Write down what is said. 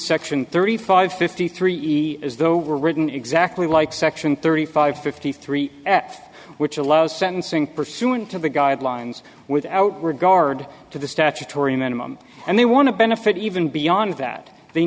section thirty five fifty three is the written exactly like section thirty five fifty three at which allows sentencing pursuant to the guidelines without regard to the statutory minimum and they want to benefit even beyond that they